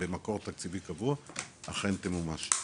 במקור תקציבי קבוע אכן תמומש.